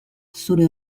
zure